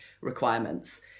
requirements